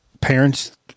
parents